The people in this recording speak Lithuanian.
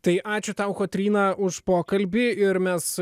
tai ačiū tau kotryną už pokalbį ir mes